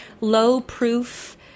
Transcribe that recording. low-proof